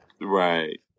Right